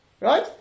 Right